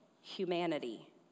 humanity